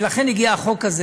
ולכן הגיע החוק הזה,